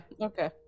okay